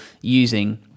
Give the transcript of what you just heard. using